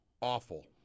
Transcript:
awful